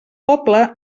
poble